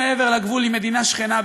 מעבר לגבול עם מדינה שכנה,